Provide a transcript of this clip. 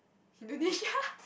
Indonesia